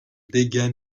dégât